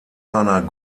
seiner